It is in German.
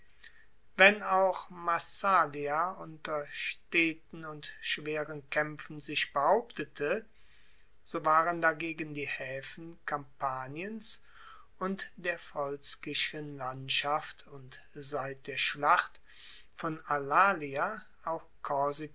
wenn auch massalia unter steten und schweren kaempfen sich behauptete so waren dagegen die haefen kampaniens und der volskischen landschaft und seit der schlacht von alalia auch